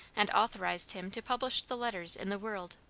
and authorized him to publish the letters in the world.